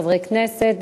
חברי הכנסת,